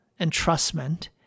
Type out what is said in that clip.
entrustment